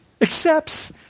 Accepts